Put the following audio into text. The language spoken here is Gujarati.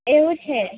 એવું છે